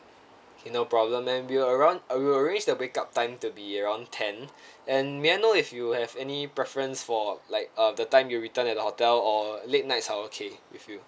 K no problem ma'am we'll around uh we'll arrange the wake up time to be around ten and may I know if you have any preference for like uh the time you return at the hotel or late nights are okay with you